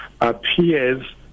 appears